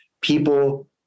people